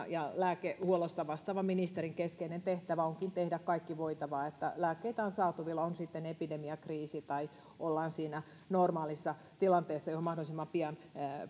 ja lääkehuollosta vastaavan ministerin keskeinen tehtävä onkin tehdä kaikki voitava että lääkkeitä on saatavilla on sitten epidemiakriisi tai ollaan siinä normaalissa tilanteessa johon mahdollisimman pian